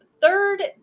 third